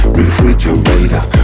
refrigerator